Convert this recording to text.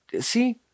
See